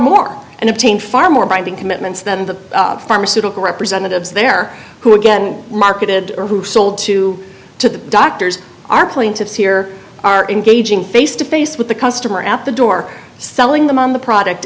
more and obtain far more binding commitments than the pharmaceutical representatives there who again marketed or who sold to to the doctors are plaintiffs here are engaging face to face with the customer at the door selling them on the product